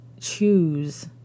choose